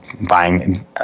buying